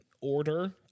order